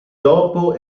dopo